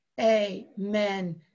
Amen